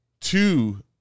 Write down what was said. two